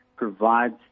provides